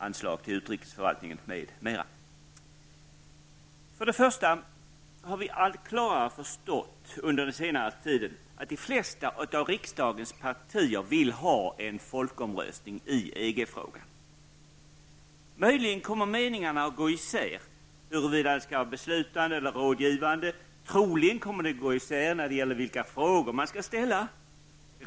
Under den senaste tiden har vi allt bättre förstått att de flesta av riksdagens partier vill ha en folkomröstning i EG-frågan. Möjligen kommer meningarna att gå isär huruvida den skall vara beslutande eller rådgivande. Troligen kommer det att gå isär angående vilka frågor som skall ställas.